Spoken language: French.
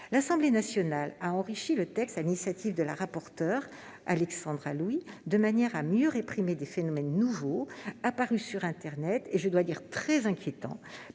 L'Assemblée nationale a enrichi le texte sur l'initiative de la rapporteure Alexandra Louis de manière à mieux réprimer des phénomènes nouveaux apparus sur internet et, je dois le dire, très inquiétants,